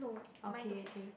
okay okay